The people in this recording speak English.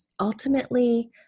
ultimately